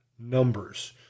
numbers